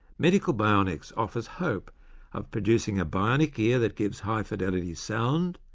medical bionics offers hope of producing a bionic ear that gives high fidelity sound,